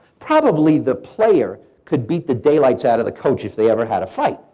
probably the player could beat the daylights out of the coach if they ever had a fight.